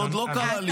זה עוד לא קרה לי פה.